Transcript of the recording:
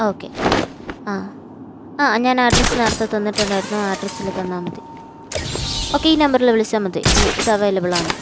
okay ആ ആ ഞാന് അഡ്രസ്സ് നേരത്തെ തന്നിട്ടുണ്ടായിരുന്നു ആ അഡ്രസ്സില് തന്നാൽമതി ഓക്കെ ഈ നമ്പറില് വിളിച്ചാൽ മതി ഇത് അവൈലബിളാണ്